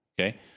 Okay